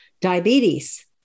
diabetes